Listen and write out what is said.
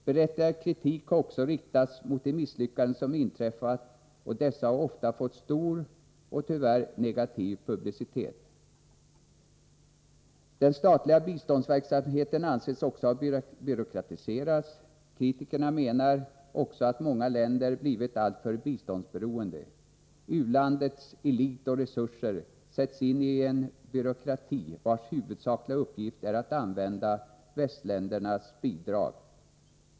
Berättigad kritik har också riktats mot de misslyckanden som inträffat, och dessa har ofta fått stor och — tyvärr — negativ publicitet. Den statliga biståndsverksamheten anses ha byråkratiserats. Kritikerna menar att många länder blivit alltför biståndsberoende. U-landets elit och resurser sätts in i en byråkrati, vars huvudsakliga uppgifter är att använda västländernas bidrag.